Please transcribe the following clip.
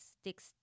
sticks